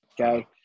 Okay